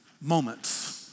moments